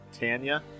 Tanya